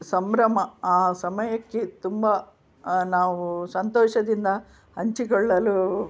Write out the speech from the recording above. ಸಂಭ್ರಮ ಆ ಸಮಯಕ್ಕೆ ತುಂಬಾ ನಾವು ಸಂತೋಷದಿಂದ ಹಂಚಿಕೊಳ್ಳಲು